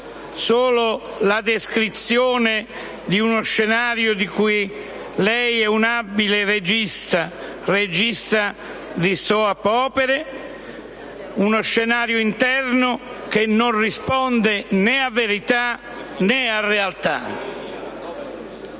solo la descrizione di uno scenario di cui lei è un abile regista, un regista di *soap opera*, uno scenario interno che non risponde né a verità, né a realtà.